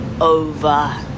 over